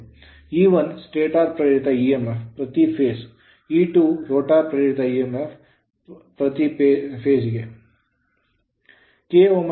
E1 stator ಪ್ರೇರಿತ emf ಪ್ರತಿ phase ಹಂತಕ್ಕೆ E2 ರೋಟರ್ ಪ್ರೇರಿತ emf ಪ್ರತಿ phase ಹಂತಕ್ಕೆ